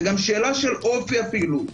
זה גם שאלה של אופי הפעילות,